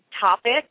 topic